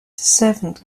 servant